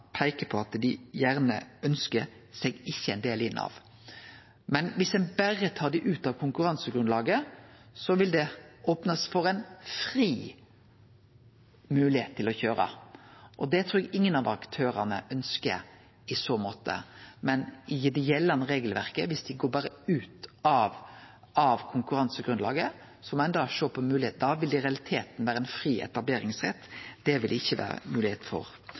at dei gjerne ikkje ønskjer å vere ein del av: Viss ein berre tar det ut av konkurransegrunnlaget, vil det opne for ein fri moglegheit til å køyre, og det trur eg ingen av aktørane ønskjer i så måte. Men i det gjeldande regelverket, viss dei berre går ut av konkurransegrunnlaget – må ein da sjå på moglegheita – da vil det i realiteten vere ein fri etableringsrett. Det vil det ikkje vere moglegheit for.